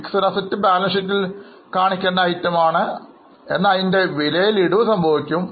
Fixed assets ഇവ balance ഷീറ്റിൽ കാണാനാകും ഇതിൻറെ വിലയിൽ ഇടിവ് സംഭവിക്കും